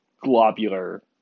globular